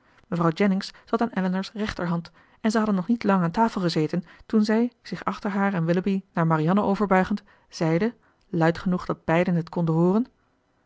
mevrouw jennings zat aan elinor's rechterhand en zij hadden nog niet lang aan tafel gezeten toen zij zich achter haar en willoughby naar marianne overbuigend zeide luid genoeg dat beiden het konden hooren